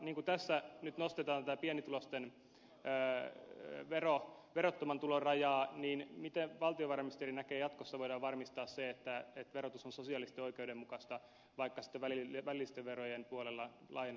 kun tässä nyt nostetaan tätä pienituloisten verottoman tulon rajaa niin miten valtiovarainministeri näkee että jatkossa voidaan varmistaa se että verotus on sosiaalisesti oikeudenmukaista vaikka sitten välillisten verojen puolella laajennettaisiin veropohjaa